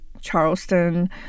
Charleston